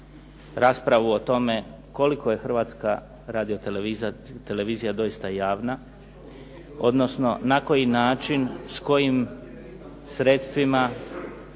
raspravu o tome koliko je Hrvatska radiotelevizija doista javna, odnosno na koji način, s kojim sredstvima,